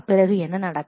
பிறகு என்ன நடக்கும்